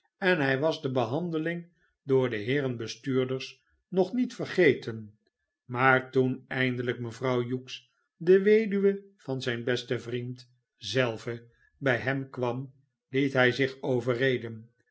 en hij was de behandeling door heeren bestuurders nog niet vergeten maar toen eindelijk mevrouw hughes de weduwe van zijn besten vriend zelve bh hem kwam liet hij zich overreden